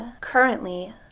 currently